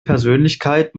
persönlichkeit